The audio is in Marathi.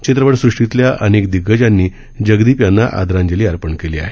चित्रपट सृष्टीतल्या अनेक दिग्गजांनी जगदीप यांना आदरांजली अर्पण केली आहे